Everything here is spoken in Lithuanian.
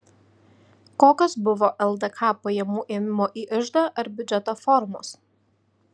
kokios buvo ldk pajamų ėmimo į iždą ar biudžetą formos